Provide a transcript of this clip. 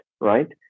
right